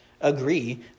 agree